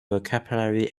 vocabulary